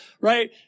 right